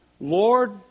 Lord